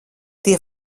tie